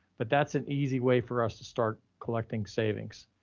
but that's an easy way for us to start collecting savings.